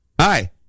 hi